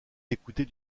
d’écouter